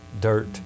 dirt